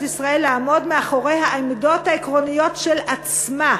ישראל לעמוד מאחורי העמדות העקרוניות של עצמה,